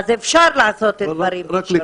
אפשר לעשות את הדברים, כשרוצים.